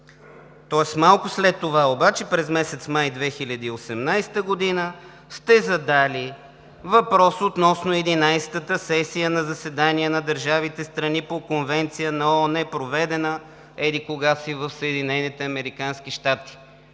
тоест малко след това – през месец май 2018 г., сте задали въпрос относно Единадесетата сесия на заседание на държавите – страни по Конвенция на ООН, проведена еди-кога си в